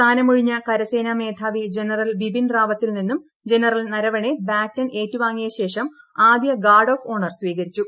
സ്ഥാനമൊഴിഞ്ഞ കരസേനാ മേധാവി ജനറൽ ബിപിൻ റാവത്തിൽ നിന്നും ജനറൽ നരവാണെ ബാറ്റൺ ഏറ്റുവാങ്ങിയ ശേഷം ആദ്ച ഗാർഡ് ഓഫ് ഓണർ സ്വീകരിച്ചു